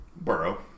Burrow